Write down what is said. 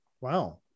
Wow